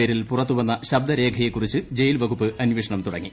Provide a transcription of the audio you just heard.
പേരിൽ പുറത്തുവന്ന ശബ്ദരേഖയെകുറിച്ച് ജയിൽവകുപ്പ് അന്വേഷണം തുടങ്ങി